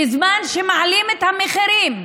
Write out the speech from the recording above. בזמן שמעלים את המחירים,